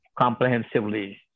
comprehensively